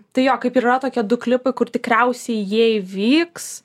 tai jo kaip ir yra tokie du klipai kur tikriausiai jie įvyks